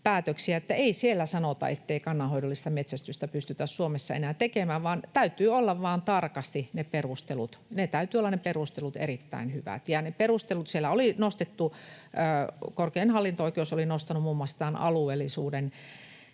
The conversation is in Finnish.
että ei siellä sanota, ettei kannanhoidollista metsästystä pystytä Suomessa enää tekemään, vaan täytyy olla vaan tarkasti ne perustelut, täytyy olla ne perustelut erittäin